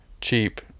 cheap